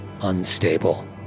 unstable